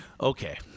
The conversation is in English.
Okay